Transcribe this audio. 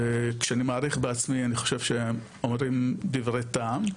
וכשאני מעריך בעצמי אני חושב שהם אומרים דברי טעם,